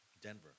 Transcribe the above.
Denver